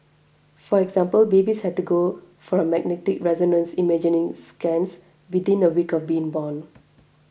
for example babies had to go for a magnetic resonance imaging scans within a week of being born